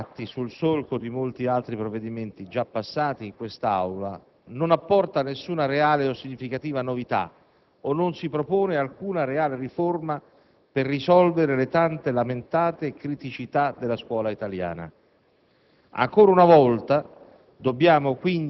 legge in questione, infatti, sul solco di molti altri provvedimenti già passati in quest'Aula, non apporta nessuna reale o significativa novità, o non si propone alcuna reale riforma per risolvere le tante, lamentate criticità della scuola italiana.